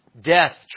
Death